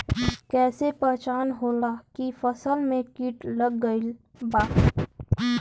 कैसे पहचान होला की फसल में कीट लग गईल बा?